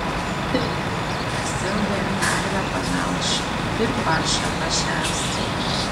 taigi grasilda ir karvę pamelš ir paršą pašers